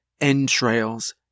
entrails